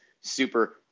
super